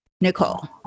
Nicole